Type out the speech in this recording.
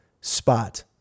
spot